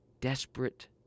desperate